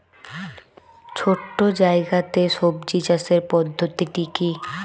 ছোট্ট জায়গাতে সবজি চাষের পদ্ধতিটি কী?